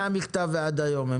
מהמכתב ועד היום הם